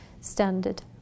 standard